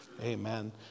Amen